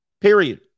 Period